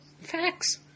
facts